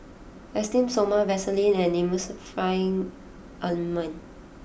Esteem Stoma Vaselin and Emulsying Ointment